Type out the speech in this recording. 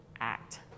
act